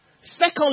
Secondly